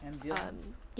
ambiance